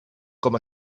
com